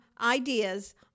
ideas